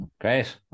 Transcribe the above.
Great